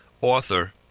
author